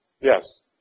Yes